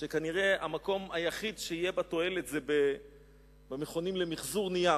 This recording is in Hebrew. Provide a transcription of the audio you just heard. שכנראה המקום היחיד שיהיה בה תועלת זה במכונים למיחזור נייר.